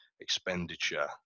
expenditure